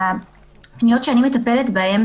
הפניות שאני מטפלת בהן,